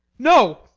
no!